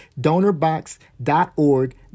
donorbox.org